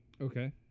Okay